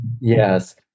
yes